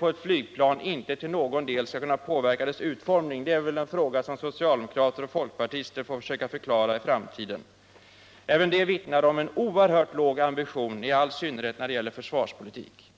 av ett flygplan inte till någon del skall påverka planets utformning är en fråga som socialdemokrater och folkpartister får försöka förklara i framtiden. Även det vittnar om en oerhört låg ambition när det gäller försvarspolitik.